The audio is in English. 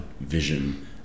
vision